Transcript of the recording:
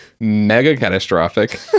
mega-catastrophic